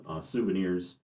souvenirs